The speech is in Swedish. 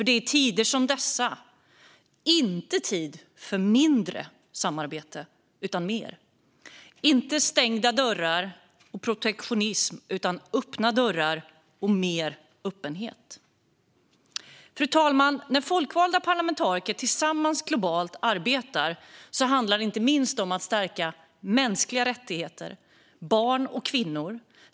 Det är i tider som dessa inte tid för mindre samarbete utan mer, inte tid för stängda dörrar och protektionism utan för öppna dörrar och mer öppenhet. Fru talman! När folkvalda parlamentariker arbetar tillsammans globalt handlar det inte minst om att stärka mänskliga rättigheter och rätten för barn och kvinnor.